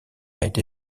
été